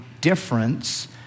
difference